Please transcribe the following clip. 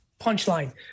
punchline